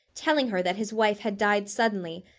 telling her that his wife had died suddenly,